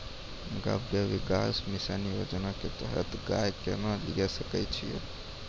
गव्य विकास मिसन योजना के तहत गाय केना लिये सकय छियै?